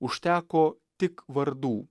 užteko tik vardų